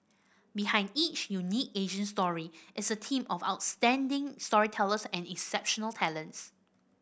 behind each unique Asian story is a team of outstanding storytellers and exceptional talents